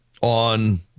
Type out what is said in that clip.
on